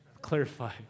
clarify